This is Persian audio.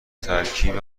ترکیب